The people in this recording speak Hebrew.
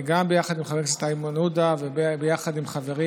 ביחד עם חבר הכנסת איימן עודה וביחד עם חברים